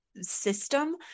system